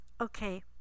okay